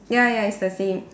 ya ya it's the same